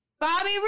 Bobby